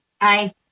Hi